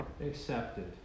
accepted